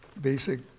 basic